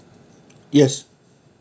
yes